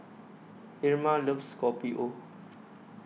Irma loves Kopi O